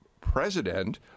president